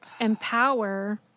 empower